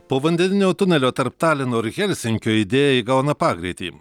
povandeninio tunelio tarp talino ir helsinkio idėja įgauna pagreitį